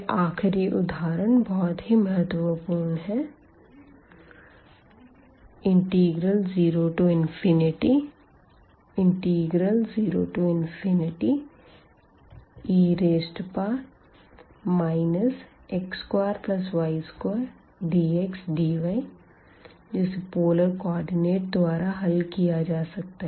यह आखिरी उदाहरण बहुत ही महत्वपूर्ण है 00e x2y2dxdy जिसे पोलर कोऑर्डिनेट द्वारा हल किया जा सकता है